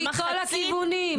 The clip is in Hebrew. מכל הכיוונים.